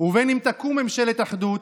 ובין אם תקום ממשלת אחדות,